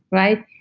right?